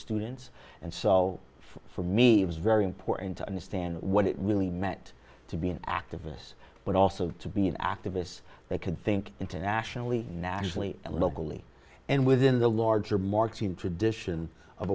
students and so for me it was very important to understand what it really meant to be activists but also to be activists they could think internationally nationally and locally and within the larger marketing tradition of